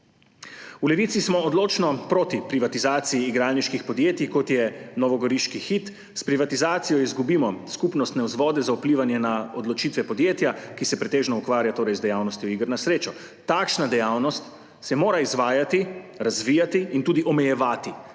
V Levici smo odločno proti privatizaciji igralniških podjetij, kot je novogoriški Hit. S privatizacijo izgubimo skupnostne vzvode za vplivanje na odločitve podjetja, ki se pretežno ukvarja z dejavnostjo iger na srečo. Takšna dejavnost se mora izvajati, razvijati in tudi omejevati